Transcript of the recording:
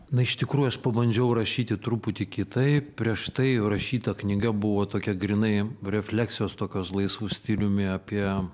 na iš tikrųjų aš pabandžiau rašyti truputį kitaip prieš tai rašyta knyga buvo tokia grynai refleksijos tokios laisvu stiliumi apie